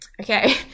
okay